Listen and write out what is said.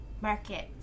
market